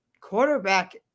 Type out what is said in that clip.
quarterback